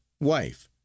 wife